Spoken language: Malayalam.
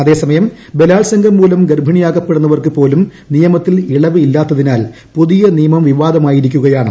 അതേസമയം ബലാൽസംഗം മുലം ഗർഭിണിയാക്കപ്പെടുന്നവർക്കുപോലും നിയമത്തിൽ ഇളവ് ഇല്ലാത്തതിനാൽ പുതിയ നിയമം വിവാദമായിരിക്കുകയാണ്